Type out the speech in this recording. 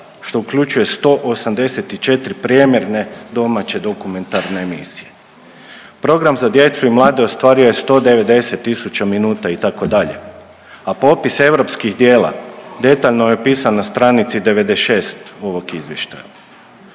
što uključuje 184 premijerne domaće dokumentarne emisije. Program za djecu i mlade ostvario je 190 tisuća minuta, itd., a popis europskih djela detaljno je opisan na stranici 96 ovog Izvještaja.